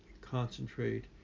concentrate